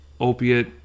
opiate